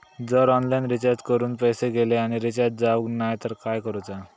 जर online recharge करून पैसे गेले आणि रिचार्ज जावक नाय तर काय करूचा?